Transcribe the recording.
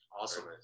Awesome